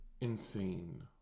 insane